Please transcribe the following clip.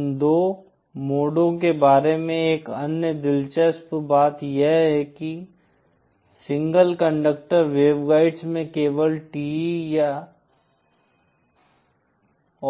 इन दो मोडों के बारे में एक अन्य दिलचस्प बात यह है की सिंगल कंडक्टर वेवगाइड्स में केवल TE